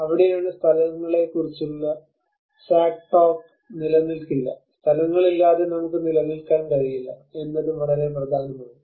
അവിടെയാണ് സ്ഥലങ്ങളെക്കുറിച്ചുള്ള സാക്ക് ടോക്സ് നിലനിൽക്കില്ല സ്ഥലങ്ങൾ ഇല്ലാതെ നമുക്ക് നിലനിൽക്കാൻ കഴിയില്ല എന്നതും വളരെ പ്രധാനമാണ്